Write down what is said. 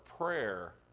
prayer